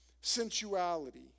sensuality